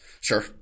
sure